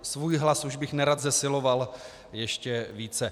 Svůj hlas už bych nerad zesiloval ještě více.